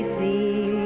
me